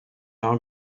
our